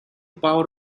power